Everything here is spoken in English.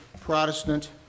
Protestant